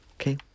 Okay